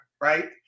right